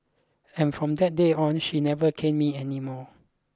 and from that day on she never caned me anymore